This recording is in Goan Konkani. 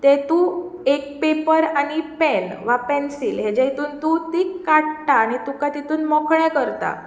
ते तू एक पेपर आनी पेन वा पेन्सील हेज्या हितून तूं तीं काडटा आनी तुका तितून मोकळें करता